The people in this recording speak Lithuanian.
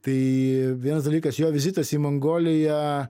tai vienas dalykas jo vizitas į mongolija